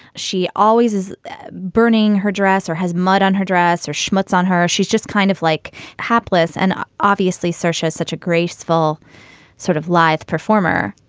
she always is burning her dress or has mud on her dress or schmutz on her, or she's just kind of like hapless and obviously searches such a graceful sort of live performer.